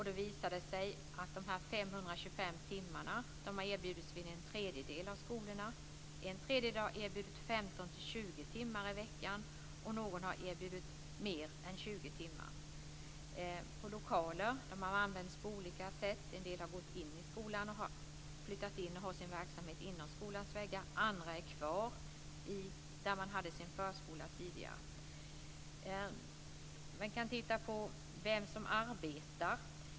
Det visar sig att de 525 timmarna har erbjudits vid en tredjedel av skolorna. En tredjedel har erbjudit 15-20 timmar i veckan, och någon har erbjudit mer än 20 timmar. Lokaler har använts på olika sätt. En del har gått in i skolan och flyttat in sin verksamhet inom skolans väggar. Andra är kvar där man tidigare hade sin förskola. Vi kan titta på dem som arbetar.